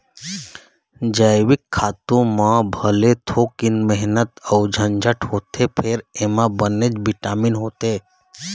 जइविक खातू म भले थोकिन मेहनत अउ झंझट होथे फेर एमा बनेच बिटामिन होथे